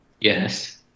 Yes